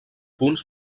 punts